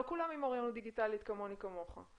לא כולם עם אוריינות דיגיטלית כמוני וכמוך,